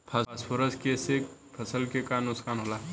Phosphorus के से फसल के का नुकसान होला?